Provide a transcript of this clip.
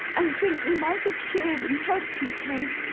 and think we might have cheered and helped each other!